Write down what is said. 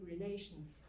relations